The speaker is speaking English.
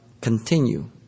continue